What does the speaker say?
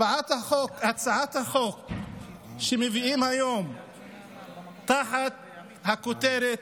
הצעת החוק שמביאים היום תחת הכותרת: